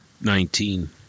Nineteen